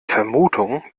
vermutung